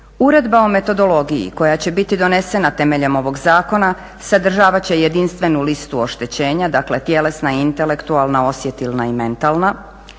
Uredba o metodologiji koja će biti donesena temeljem ovog zakona sadržavat će jedinstvenu listu oštećenja, dakle tjelesna, intelektualna, osjetilna i mentalna